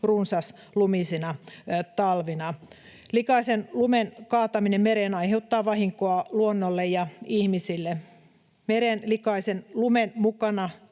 runsaslumisina talvina. Likaisen lumen kaataminen mereen aiheuttaa vahinkoa luonnolle ja ihmisille. Mereen likaisen lumen mukana